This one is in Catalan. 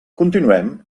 continuem